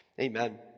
Amen